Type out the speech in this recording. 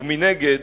ומנגד,